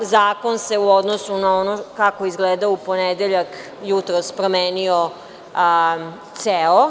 Zakon se u odnosu na ono kako je izgledao u ponedeljak, jutros promenio ceo.